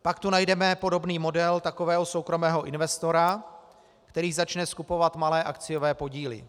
Pak tu najdeme podobný model takového soukromého investora, který začne skupovat malé akciové podíly.